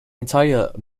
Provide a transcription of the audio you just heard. entire